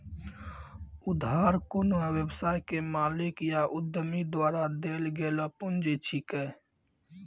उधार कोन्हो व्यवसाय के मालिक या उद्यमी द्वारा देल गेलो पुंजी छिकै